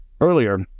Earlier